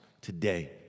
today